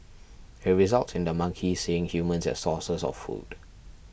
it results in the monkeys seeing humans as sources of food